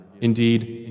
Indeed